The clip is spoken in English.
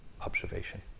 observation